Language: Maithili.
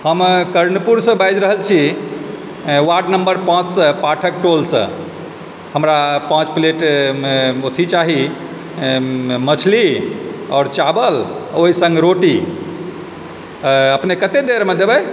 हम कर्णपुरसँ बाजि रहल छी वार्ड नम्बर पाँचसँ पाठक टोलसँ हमरा पाँच प्लेट अथी चाही मछली आओर चावल आओर ओहि सङ्गे रोटी अपने कते देरमे देबै